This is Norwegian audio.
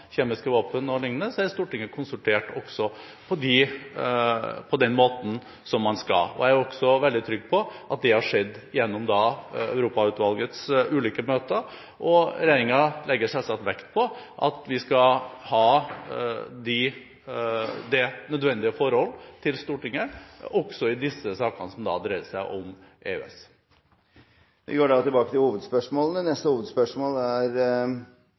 kjemiske våpen og liknende, er Stortinget konsultert på den måten man skal. Jeg er også veldig trygg på at det har skjedd gjennom Europautvalgets ulike møter, og regjeringen legger selvsagt vekt på at vi skal ha det nødvendige forhold til Stortinget også i disse sakene som da dreier seg om EØS. Vi går videre til neste hovedspørsmål. Mitt spørsmål går til